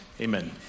Amen